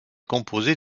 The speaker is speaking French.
composée